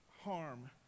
harm